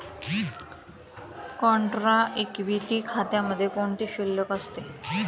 Contra equity खात्यामध्ये कोणती शिल्लक असते?